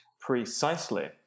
Precisely